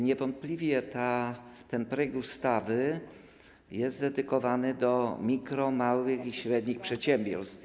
Niewątpliwie ten projekt ustawy jest dedykowany mikro-, małym i średnim przedsiębiorstwom.